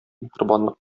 миһербанлык